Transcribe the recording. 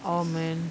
oh man